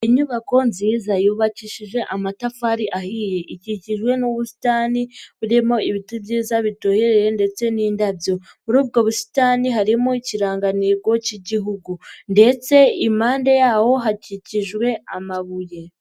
Inyubako nziza yubakishije amatafari ahiye, ikikijwe n'ubusitani burimo ibiti byiza bitohereye ndetse n'indabyo, muri ubwo busitani harimo ikirangantego k'Igihugu ndetse impande y'aho hakikijwe amabuye.